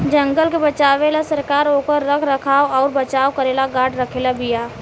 जंगल के बचावे ला सरकार ओकर रख रखाव अउर बचाव करेला गार्ड रखले बिया